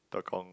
Tekong